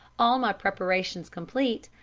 all my preparations complete,